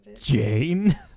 jane